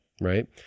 right